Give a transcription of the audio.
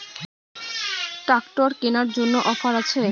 Tractor কেনার জন্য offer আছে?